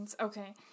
Okay